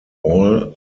all